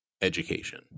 education